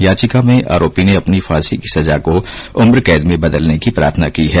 याचिका में आरोपी ने अपनी फांसी की सजा को उम्र कैद में बदलने की प्रार्थना की है